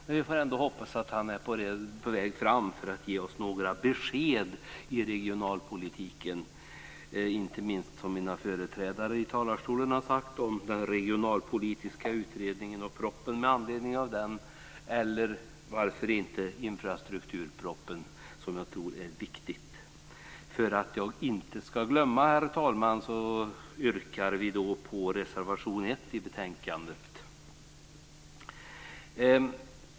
Men vi får ändå hoppas att han är på väg fram för att ge oss några besked i regionalpolitiken, inte minst med tanke på det som mina företrädare i talarstolen har sagt om den regionalpolitiska utredningen och propositionen med anledning av den eller varför inte infrastrukturpropositionen som jag tror är viktig. Herr talman! För att jag inte ska glömma bort det så yrkar jag bifall till reservation 1 i betänkandet.